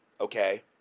okay